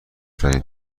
ترین